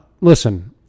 listen